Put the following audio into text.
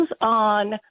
on